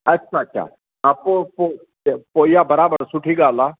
अच्छा अच्छा हा पोइ पोइ पोइ इहा बराबरि सुठी ॻाल्हि आहे